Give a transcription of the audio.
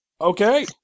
Okay